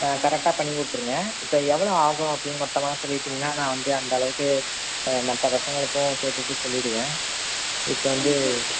ஆ கரெக்டாக பண்ணி கொடுத்துடுங்க இப்போ எவ்வளோ ஆகும் அப்படின்னு மொத்தமாக சொல்லிவிட்டீங்ன்னா நான் வந்து அந்தளவுக்கு ஆ நம்ப பசங்களுக்கும் கேட்டுவிட்டு சொல்லிவிடுவேன் இப்போ வந்து